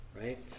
right